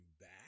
back